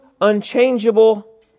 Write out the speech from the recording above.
unchangeable